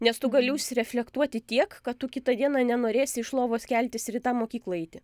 nes tu gali užsireflektuoti tiek kad tu kitą dieną nenorėsi iš lovos keltis ir į tą mokyklą eiti